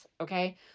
okay